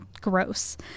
gross